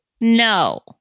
No